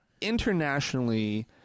internationally